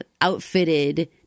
outfitted